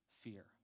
fear